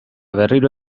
berriro